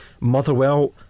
Motherwell